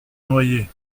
noyé